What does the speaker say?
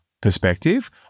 perspective